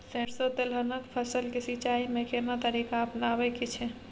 सरसो तेलहनक फसल के सिंचाई में केना तरीका अपनाबे के छै?